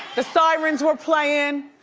the sirens were playing.